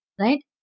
Right